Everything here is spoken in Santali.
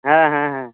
ᱦᱮᱸ ᱦᱮᱸ ᱦᱮᱸ